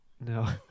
No